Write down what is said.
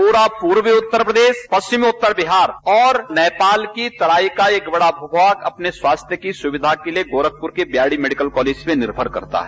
पूरा पूर्वी उत्तर प्रदेश पश्चिमी उत्तर बिहार और नेपाल की तराई का एक बड़ भू भाग अपने स्वच्छता की सुविधा के लिए गोरखपुर के बीआरडी मेडिकल कॉलेज पर निर्भर करता है